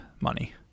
money